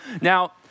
Now